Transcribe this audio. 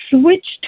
switched